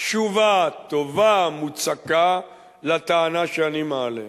תשובה טובה ומוצקה לטענה שאני מעלה.